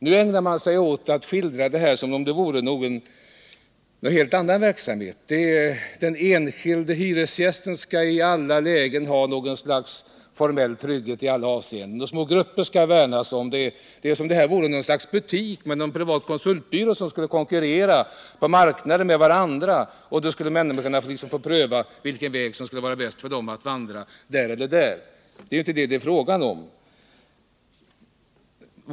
Nu ägnar man sig åt att skildra detta som om det vore någon helt annan verksamhet. Den enskilde hyresgästen skall i alla lägen ha något slags formell trygghet i alla avseenden. Små konkurrerande grupper skall det värnas om. Det är som om det vore något slags butik eller någon privat konsultbyrå som skulle konkurrera på marknaden, och människorna skulle få pröva vilken väg som skulle vara bäst för dem att vandra — dit eller dit. Det är ju inte det det är tråga om.